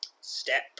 Step